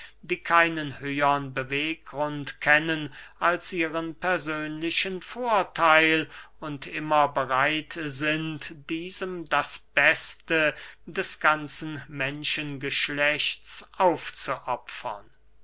die keinen höhern beweggrund kennen als ihren persönlichen vortheil und immer bereit sind diesem das beste des ganzen menschengeschlechts aufzuopfern